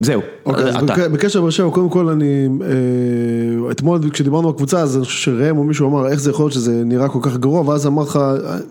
זהו. בקשר לבאר שבע קודם כל אני, אתמול בדיוק כשדיברנו על הקבוצה, אז אני חושב שראם או מישהו אמר איך זה יכול להיות שזה נראה כל כך גרוע? ואז אמר לך...